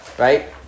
Right